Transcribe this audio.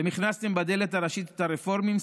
אתם הכנסתם בדלת הראשית את הרפורמים,